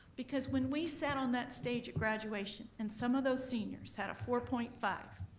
because when we sat on that stage at graduation and some of those seniors had a four point five,